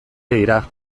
dira